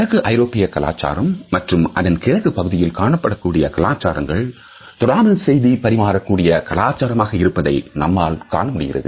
வடக்கு ஐரோப்பிய கலாச்சாரம் மற்றும் அதன் கிழக்குப் பகுதியில் காணப்படக்கூடிய கலாச்சாரங்கள் தொடாமல் செய்தி பரிமாற கூடிய கலாச்சாரமாக இருப்பதை நம்மால் காண முடிகிறது